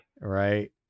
right